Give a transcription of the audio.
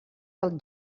del